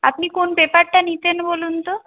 আপনি কোন পেপারটা নিতেন বলুন তো